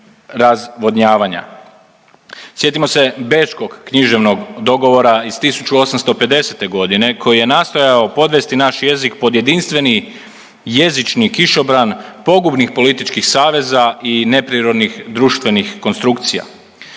Sjetimo se bečkog književnog dogovora iz 1850 godine koji je nastojao podvesti naš jezik pod jedinstveni jezični kišobran pogubnih političkih saveza i neprirodnih društvenih konstrukcija.